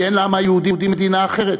כי אין לעם היהודי מדינה אחרת.